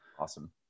Awesome